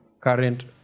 current